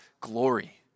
glory